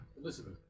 Elizabeth